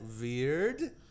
weird